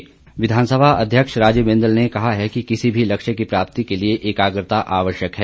बिंदल विधानसभा अध्यक्ष राजीव बिंदल ने कहा है कि किसी भी लक्ष्य की प्राप्ति के लिए एकाग्रता आवश्यक है